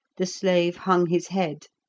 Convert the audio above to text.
the slave hung his head,